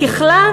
ככלל,